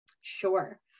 Sure